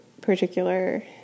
particular